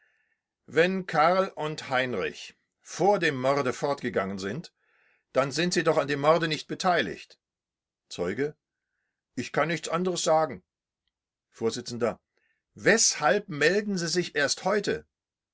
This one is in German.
wenn karl und heinrich vor dem morde fortgegangen sind dann sind sie doch an dem morde nicht beteiligt zeuge ich kann nicht anders sagen vors weshalb melden sie sich erst heute